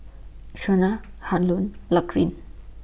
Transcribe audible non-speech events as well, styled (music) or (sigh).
Shonna Harlon (unintelligible)